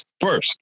first